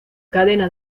cadena